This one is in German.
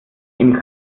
ihm